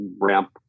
ramp